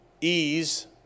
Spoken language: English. ease